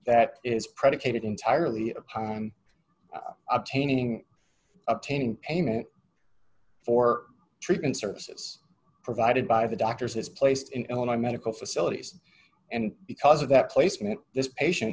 that is predicated entirely upon obtaining obtaining payment for treatment services provided by the doctors is placed in an eye medical facilities and because of that placement this patient